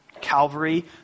calvary